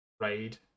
Raid